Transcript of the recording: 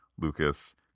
Lucas